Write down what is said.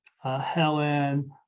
Helen